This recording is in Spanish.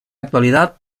actualidad